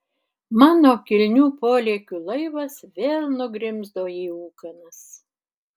mano kilnių polėkių laivas vėl nugrimzdo į ūkanas